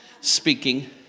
speaking